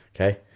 Okay